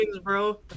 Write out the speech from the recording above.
bro